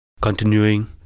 Continuing